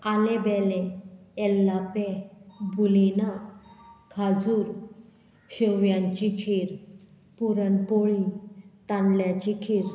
आलें बेले एल्लापे बुलिना खाजूर शेव्यांची खीर पुरणपोळी तांदल्याची खीर